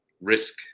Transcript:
risk